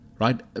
right